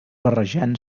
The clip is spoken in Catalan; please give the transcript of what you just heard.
barrejant